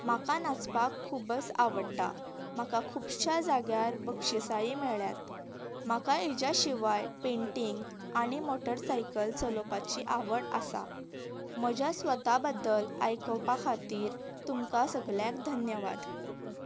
म्हाका नाचपाक खुबच आवडटा म्हाका खुबश्या जाग्यार बक्षिसांय मेळ्यांत म्हाका हेज्या शिवाय पेंटींग आनी मोटरसायकल चलोवपाची आवड आसा म्हज्या स्वता बद्दल आयकपा खातीर तुमकां सगल्यांक धन्यवाद